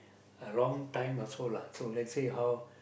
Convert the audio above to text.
wrong time also lah so let's say how